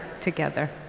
together